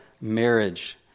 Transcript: marriage